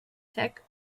sec